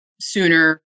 sooner